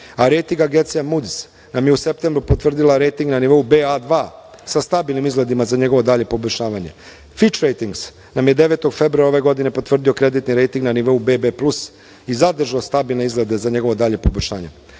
a rejting agencija Moody's nam je u septembru potvrdila rejting na nivou Ba2, sa stabilnim izgledima za njegovo dalje poboljšavanje. "Fitch Raitings" nam je 9. februara ove godine potvrdio kreditni rejting na nivou BB plus i zadržao stabilne izglede za njegovo dalje poboljšanje. Potvrda